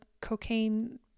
cocaine